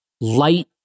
light